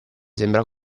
sembra